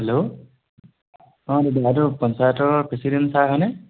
hello অঁ দাদা এই পঞ্চায়তৰ প্ৰেচিডেণ্ট ছাৰ হয়নে